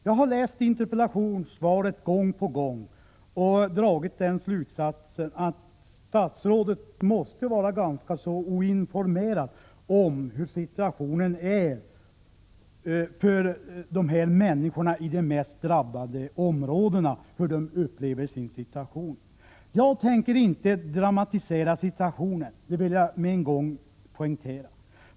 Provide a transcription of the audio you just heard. Jag har läst interpellationssvaret gång på gång och dragit den slutsatsen att statsrådet måste vara ganska dåligt informerad om hur situationen för människorna i de mest drabbade områdena är och om hur dessa människor upplever sin situation. Jag tänker inte dramatisera situationen, det vill jag med en gång poängtera.